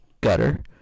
gutter